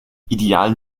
idealen